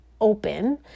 open